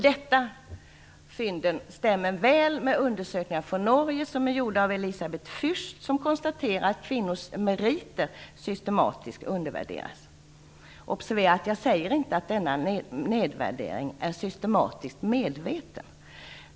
Detta stämmer väl med undersökningar från Norge som har gjorts av Elisabeth Fürst. Hon konstaterar att kvinnors meriter systematiskt undervärderas. Observera att jag inte säger att denna nedvärdering systematiskt är medveten.